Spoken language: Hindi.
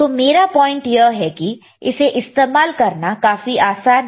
तो मेरा पॉइंट यह है कि इसे इस्तेमाल करना काफी आसान है